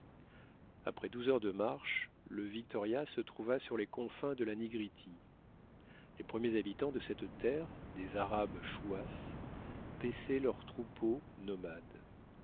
après douze heures de marche le victoria se trouva sur les confins de la nigritie les premiers habitants de cette terre des arabes chouas paissaient leurs troupeaux nomades